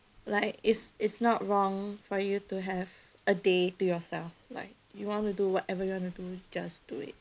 like it's it's not wrong for you to have a day to yourself like you want to do whatever you want to do just do it